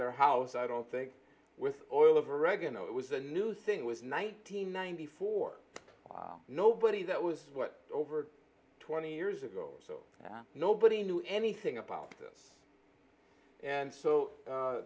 their house i don't think with oil of oregano it was a new thing was nineteen ninety four nobody that was what over twenty years ago so nobody knew anything about this and so a